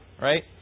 right